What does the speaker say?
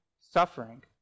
suffering